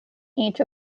each